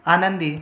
आनंदी